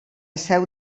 seu